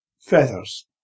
feathers